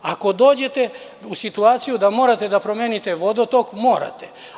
Ako dođete u situaciju da morate da promenite vodotok, morate.